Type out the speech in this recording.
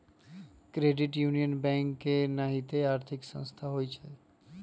credit union bank के नाहिते आर्थिक संस्था होइ छइ